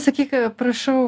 sakyk prašau